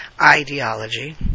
ideology